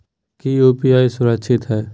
की यू.पी.आई सुरक्षित है?